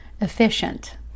efficient